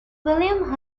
william